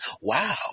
Wow